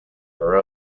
her